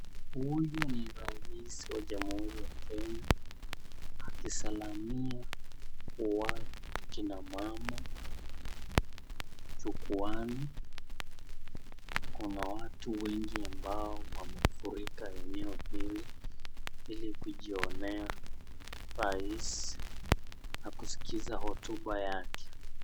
Huyu ni rais wa jamuhuri ya Kenya, akisalamia watu, kina mama, jukuani, kuna watu wengi ambao wamefurika eneo hili, ili kujionea, rais, na kuskiza hotuba yake.